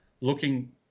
looking